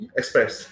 express